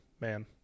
man